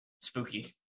Spooky